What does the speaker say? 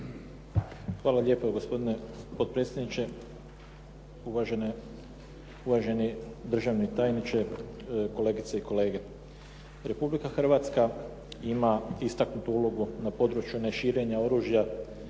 Hvala lijepa. Gospodine potpredsjedniče, uvaženi državni tajniče, kolegice i kolege. Republika Hrvatska ima istaknutu ulogu na području neširenja oružja